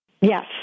Yes